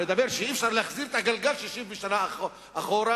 אומר שאי-אפשר להחזיר את הגלגל 60 שנה אחורה,